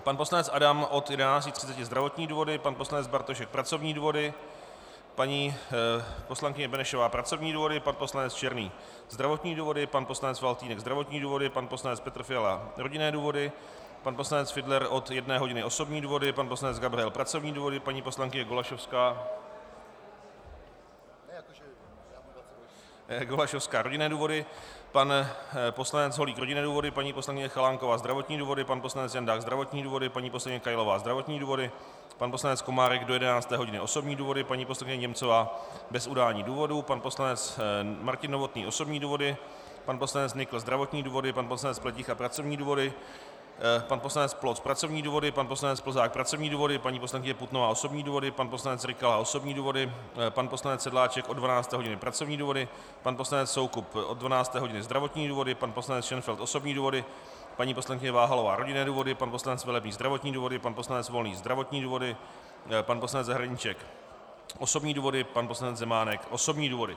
Pan poslanec Adam od 11.30 zdravotní důvody, pan poslanec Bartošek pracovní důvody, paní poslankyně Benešová pracovní důvody, pan poslanec Černý zdravotní důvody, pan poslanec Faltýnek zdravotní důvody, pan poslanec Petr Fiala rodinné důvody, pan poslanec Fiedler od 13.00 hodin osobní důvody, pan poslanec Gabrhel pracovní důvody, paní poslankyně Golasowská rodinné důvody, pan poslanec Holík rodinné důvody, paní poslankyně Chalánková zdravotní důvody, pan poslanec Jandák zdravotní důvody, paní poslankyně Kailová zdravotní důvody, pan poslanec Komárek do 11. hodiny osobní důvody, paní poslankyně Němcová bez udání důvodu, pan poslanec Martin Novotný osobní důvody, pan poslanec Nykl zdravotní důvody, pan poslanec Pleticha pracovní důvody, pan poslanec Ploc pracovní důvody, pan poslanec Plzák pracovní důvody, paní poslankyně Putnová osobní důvody, pan poslanec Rykala osobní důvody, pan poslanec Sedláček od 12. hodiny pracovní důvody, pan poslanec Soukup od 12. hodiny zdravotní důvody, pan poslanec Šenfeld osobní důvody, paní poslankyně Váhalová rodinné důvody, pan poslanec Velebný zdravotní důvody, pan poslanec Volný zdravotní důvody, pan poslanec Zahradníček osobní důvody, pan poslanec Zemánek osobní důvody.